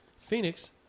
Phoenix